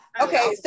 Okay